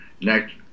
next